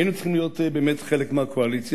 היינו צריכים להיות באמת חלק מהקואליציה,